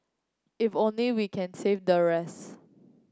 if only we can save the rest